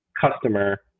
customer